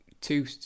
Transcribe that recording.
Two